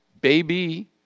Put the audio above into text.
baby